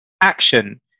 action